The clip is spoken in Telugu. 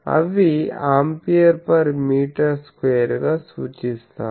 అవి ఆంపియర్ పర్ మీటర్ స్క్వేర్ గా సూచిస్తాం